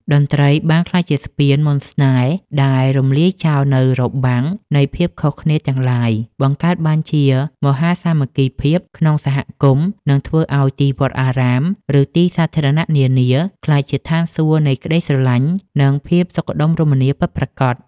តន្ត្រីបានក្លាយជាស្ពានមន្តស្នេហ៍ដែលរំលាយចោលនូវរបាំងនៃភាពខុសគ្នាទាំងឡាយ បង្កើតបានជាមហាសាមគ្គីភាពក្នុងសហគមន៍ និងធ្វើឱ្យទីវត្តអារាម ឬទីសាធារណៈនានាក្លាយជាឋានសួគ៌នៃក្តីស្រឡាញ់ និងភាពសុខដុមរមនាពិតប្រាកដ។